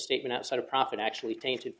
statement outside of profit actually tainted